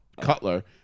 Cutler